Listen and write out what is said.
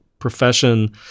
profession